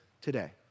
today